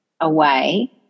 away